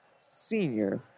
senior